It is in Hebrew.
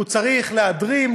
הוא צריך להדרים,